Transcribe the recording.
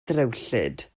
ddrewllyd